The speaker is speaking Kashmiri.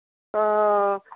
آ